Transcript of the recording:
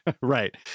Right